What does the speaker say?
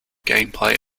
gameplay